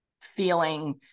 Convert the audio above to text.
feeling